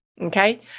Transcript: Okay